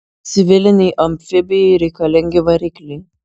civilinei amfibijai reikalingi varikliai